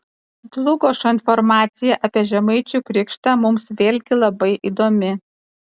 dlugošo informacija apie žemaičių krikštą mums vėlgi labai įdomi